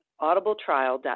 audibletrial.com